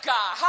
God